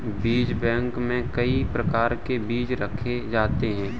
बीज बैंक में कई प्रकार के बीज रखे जाते हैं